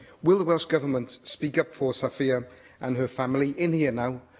will the welsh government speak up for safia and her family in here now,